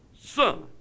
son